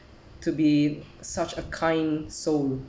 to be such a kind soul